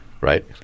right